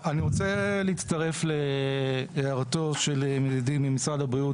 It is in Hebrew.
אני רוצה להצטרך להערתו של ידידי ממשרד הבריאות,